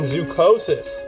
Zucosis